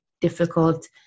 difficult